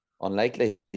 unlikely